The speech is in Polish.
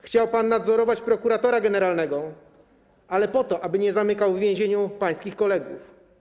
Chciał pan nadzorować prokuratora generalnego, ale po to aby nie zamykał w więzieniu pańskich kolegów.